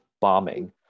bombing